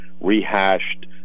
rehashed